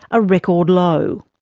a record low.